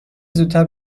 زودتر